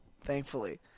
Thankfully